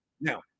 Now